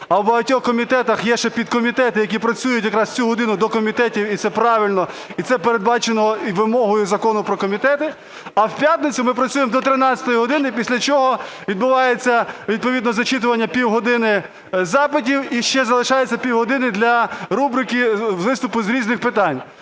а в багатьох комітетах є ще підкомітети, які працюють якраз цю годину до комітетів. І це правильно, і це передбачено вимогою Закону про комітети. А в п'ятницю ми працюємо до 13 години, після чого відбувається відповідно зачитування півгодини запитів, і ще залишається півгодини для рубрики виступів з різних питань.